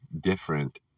different